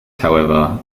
however